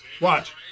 Watch